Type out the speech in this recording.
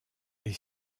est